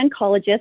oncologist